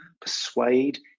persuade